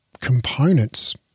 components